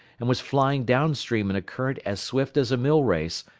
and was flying down-stream in a current as swift as a mill-race,